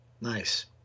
Nice